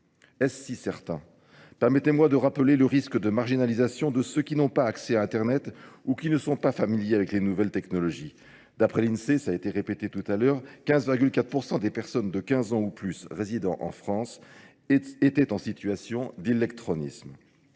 Est-ce si certain ? Permettez-moi de rappeler le risque de marginalisation de ceux qui n'ont pas accès à Internet ou qui ne sont pas familiers avec les nouvelles technologies. D'après l'INSEE, ça a été répété tout à l'heure, 15,4% des personnes de 15 ans ou plus résident en France étaient en situation d'électronisme.